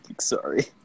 sorry